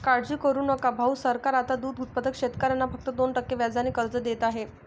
काळजी करू नका भाऊ, सरकार आता दूध उत्पादक शेतकऱ्यांना फक्त दोन टक्के व्याजाने कर्ज देत आहे